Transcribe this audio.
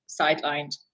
sidelined